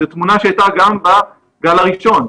זו תמונה שהייתה גם בגל הראשון.